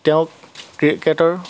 তেওঁক ক্ৰিকেটৰ